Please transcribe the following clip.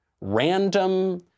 Random